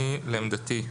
לעמדתי,